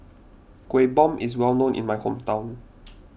Kuih Bom is well known in my hometown